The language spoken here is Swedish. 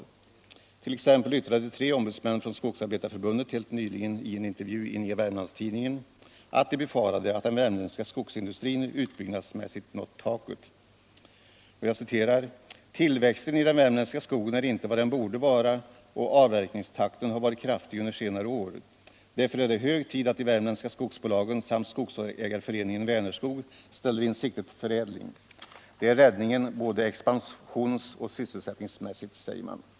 Så yttrade t.ex. tre ombudsmän från Skogsarbetareförbundet helt nyligen i en intervju i Nya Wermlands Tidningen att de befarade att den värmländska skogsindustrin utbyggnadsmässigt hade nått taket. ”Tillväxten i den värmländska skogen är inte vad den borde vara, och avverkningstakten har varit kraftig under senare år. Därför är det hög tid att de värmländska skogsbolagen samt Skogsägarceföreningen Vänerskog ställer in siktet på förädling. Det är räddningen både expansions och sysselsättningsmässigt,” säger man.